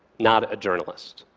not a journalist.